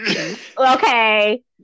Okay